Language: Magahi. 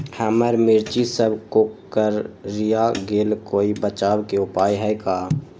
हमर मिर्ची सब कोकररिया गेल कोई बचाव के उपाय है का?